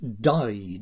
died